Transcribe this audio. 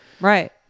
right